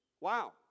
Wow